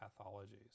pathologies